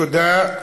תודה.